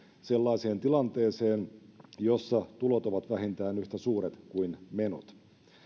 sellaiseen tilanteeseen jossa tulot ovat vähintään yhtä suuret kuin menot